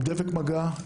עם דבק מגע,